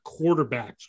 quarterbacks